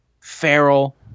feral